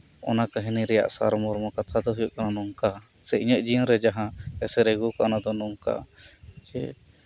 ᱚᱱᱟ ᱠᱟᱹᱦᱤᱱᱤ ᱨᱮᱱᱟᱜ ᱥᱟᱨ ᱢᱚᱨᱢᱚ ᱠᱟᱛᱷᱟ ᱫᱚ ᱦᱩᱭᱩᱜ ᱠᱟᱱᱟ ᱱᱚᱝᱠᱟ ᱥᱮ ᱤᱧᱟᱹᱜ ᱡᱤᱭᱟᱹ ᱨᱮ ᱡᱟᱦᱟᱸ ᱮᱥᱮᱨᱮ ᱟᱹᱜᱩᱣᱟᱠᱟᱫ ᱚᱱᱟ ᱫᱚ ᱱᱚᱝᱠᱟ ᱡᱮ